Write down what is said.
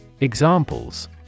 Examples